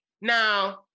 Now